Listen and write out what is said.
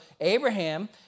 Abraham